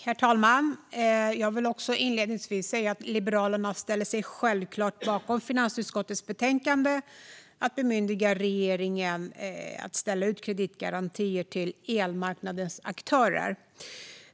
Herr talman! Jag vill inledningsvis säga att Liberalerna självklart ställer sig bakom finansutskottets betänkande om att bemyndiga regeringen att ställa ut kreditgarantier till elmarknadens aktörer.